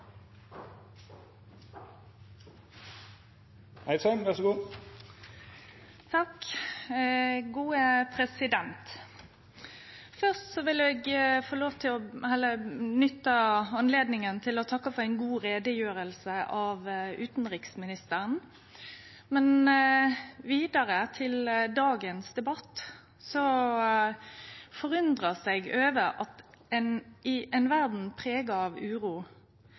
Først vil eg få lov til å nytte anledninga til å takke for ei god utgreiing av utanriksministeren, men når det gjeld dagens debatt, er eg forundra over at det i ei verd prega av uro